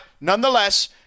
nonetheless